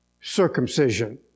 circumcision